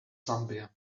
zambia